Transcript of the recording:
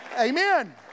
Amen